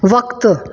वक़्तु